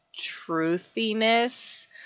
truthiness